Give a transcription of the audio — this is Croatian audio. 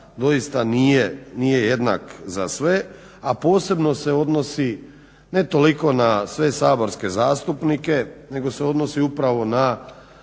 doista nije jednak za sve, a posebno se odnosi ne toliko na sve saborske zastupnike, nego se odnosi upravo na